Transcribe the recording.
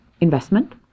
Investment